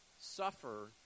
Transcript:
suffer